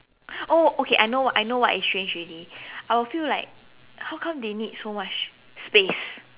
oh okay I know what I know what is strange already I will feel like how come they need so much space